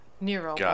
Nero